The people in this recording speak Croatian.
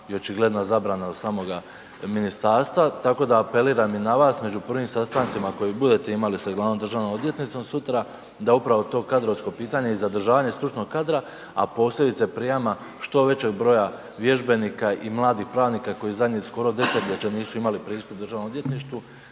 i očigledna zabrana od samoga ministarstva, tako da apeliram na vas, među prvim sastancima koje budete imali sa glavnom državnom odvjetnicom sutra, da upravo to kadrovsko pitanje i zadržavanje stručnog kadra, a posebice prijama što većeg broja vježbenika i mladih pravnika koji zadnjih, skoro desetljeće nisu imali pristup DORH-u da ih